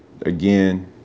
again